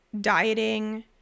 dieting